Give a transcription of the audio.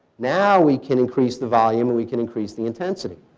now we can increase the volume and we can increase the intensity.